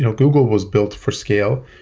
ah google was built for scale.